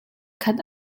khat